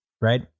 Right